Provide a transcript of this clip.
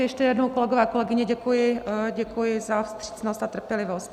Ještě jednou, kolegové, kolegyně, děkuji za vstřícnost a trpělivost.